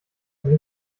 make